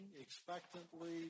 expectantly